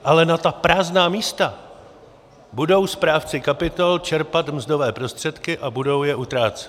Ale na ta prázdná místa budou správci kapitol čerpat mzdové prostředky a budou je utrácet.